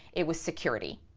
it was security.